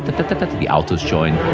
the but but the altos join. yeah